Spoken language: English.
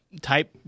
type